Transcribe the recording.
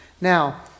Now